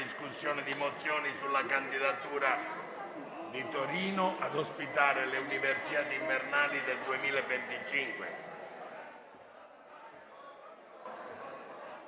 - Mozioni sulla candidatura di Torino ad ospitare le Universiadi invernali del 2025